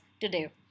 today